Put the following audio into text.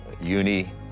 uni